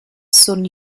sun